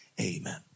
amen